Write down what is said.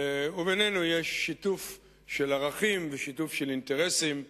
ובינינו יש שיתוף של ערכים ושיתוף של אינטרסים,